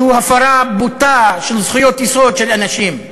שכן הוא הפרה בוטה של זכויות יסוד של אנשים.